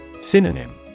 Synonym